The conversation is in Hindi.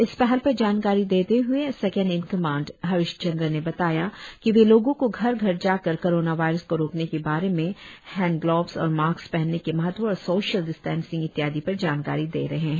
इस पहल पर जानकारी देते हए second in command Harish Chandra ने बताया की वे लोगो को घर घर जाकर कोरोना वायरस को रोकने के बारे में हैंड ग्लोब्स और मास्क पहनने के महत्व और सोशल डिस्टेसिंग इत्यादी पर जानकारी दे रहे है